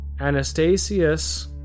Anastasius